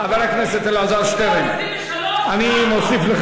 חבר הכנסת אלעזר שטרן, מתוך 23,